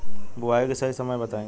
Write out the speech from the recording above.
बुआई के सही समय बताई?